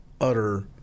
utter